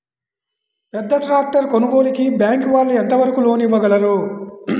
పెద్ద ట్రాక్టర్ కొనుగోలుకి బ్యాంకు వాళ్ళు ఎంత వరకు లోన్ ఇవ్వగలరు?